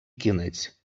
кінець